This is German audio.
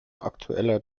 aktueller